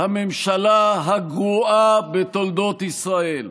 הממשלה הגרועה בתולדות ישראל,